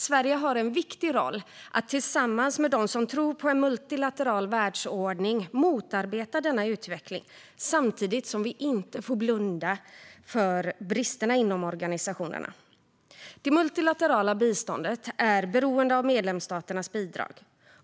Sverige har en viktig roll att tillsammans med dem som tror på en multilateral världsordning motarbeta denna utveckling, samtidigt som vi inte får blunda för bristerna inom organisationerna. Det multilaterala biståndet är beroende av medlemsstaternas bidrag.